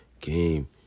Game